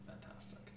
fantastic